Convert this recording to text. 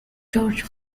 george